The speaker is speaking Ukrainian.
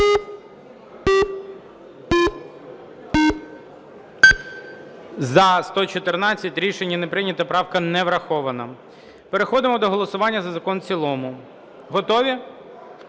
За-114 Рішення не прийнято. Правка не врахована. Переходимо до голосування за закон в цілому. Готові?